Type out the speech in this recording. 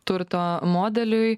turto modeliui